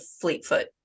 Fleetfoot